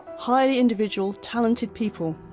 highly individual talented people,